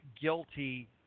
guilty